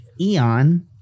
Eon